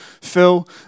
Phil